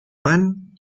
pan